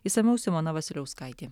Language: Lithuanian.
išsamiau simona vasiliauskaitė